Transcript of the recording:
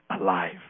alive